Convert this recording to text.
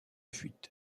fuite